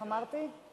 איך אמרתי?